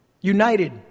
United